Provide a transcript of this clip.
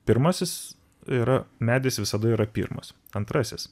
pirmasis yra medis visada yra pirmas antrasis